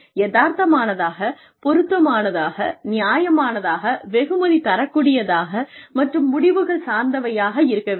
யதார்த்தமானதாக பொருத்தமானதாக நியாயமானதாக வெகுமதி தரக்கூடியதாக மற்றும் முடிவுகள் சார்ந்தவையாக இருக்க வேண்டும்